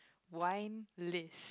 wine list